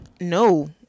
No